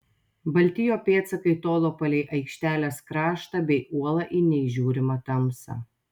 balti jo pėdsakai tolo palei aikštelės kraštą bei uolą į neįžiūrimą tamsą